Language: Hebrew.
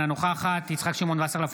אינה נוכחת יצחק שמעון וסרלאוף,